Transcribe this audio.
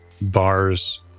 bars